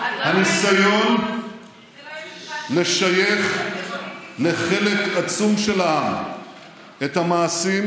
הניסיון לשייך לחלק עצום של העם את המעשים